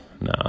No